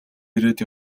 ирээд